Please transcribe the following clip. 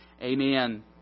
Amen